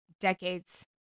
decades